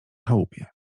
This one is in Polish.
chałupie